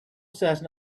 certain